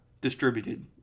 distributed